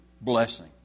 blessing